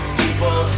people